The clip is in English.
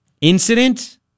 Incident